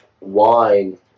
wine